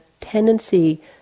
tendency